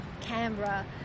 canberra